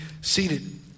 seated